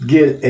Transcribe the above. Get